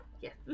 Yes